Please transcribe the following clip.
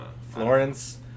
Florence